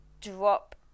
drop